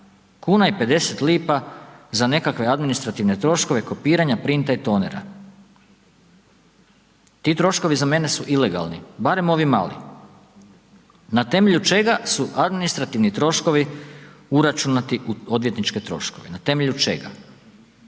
je 37,50 kn za nekakve administrativne troškove kopiranja, printa i tonera, ti troškovi za mene su ilegalni, barem ovi mali. Na temelju čega su administrativni troškovi uračunati u odvjetničke troškove, na temelju čega?